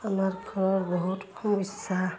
আমাৰ ঘৰৰ বহুত সমস্যা